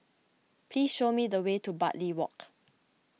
please show me the way to Bartley Walk